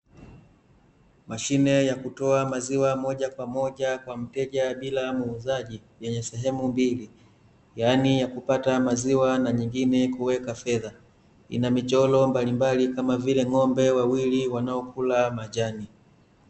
Mashine ya kutoa maziwa moja kwa moja kwa mteja bila muuzaji, yenye sehemu mbili, yaani ya kupata maziwa na nyingine kuweka fedha. Ina michoro mbalimbali kama vile ng'ombe wawili wanaokula majani.